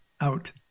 out